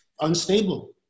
Unstable